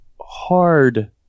hard